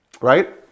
right